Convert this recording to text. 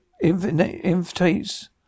invites